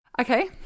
Okay